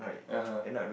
(uh huh)